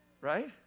right